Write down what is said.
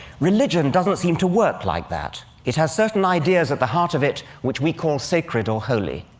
religion doesn't seem to work like that. it has certain ideas at the heart of it, which we call sacred or holy.